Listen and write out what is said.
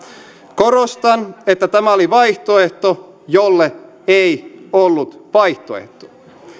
korostan että tämä oli vaihtoehto jolle ei ollut vaihtoehtoa